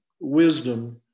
wisdom